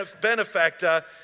benefactor